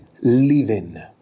living